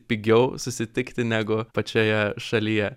pigiau susitikti negu pačioje šalyje